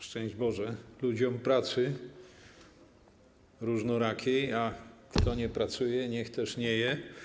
Szczęść Boże ludziom pracy różnorakiej, a kto nie pracuje, niech też nie je!